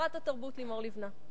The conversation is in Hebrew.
שרת התרבות לימור לבנת.